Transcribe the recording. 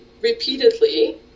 repeatedly